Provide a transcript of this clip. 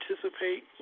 participate